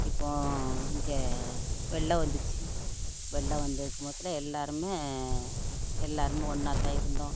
இப்போ இங்கே வெள்ளம் வந்துச்சு வெள்ளம் வந்த இருக்கும்போதுலாம் எல்லோருமே எல்லோருமே ஒன்றாத்தான் இருந்தோம்